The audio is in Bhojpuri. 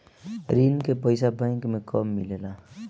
ऋण के पइसा बैंक मे कब मिले ला?